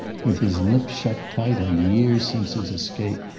with his lips shut tight on the years since his escape.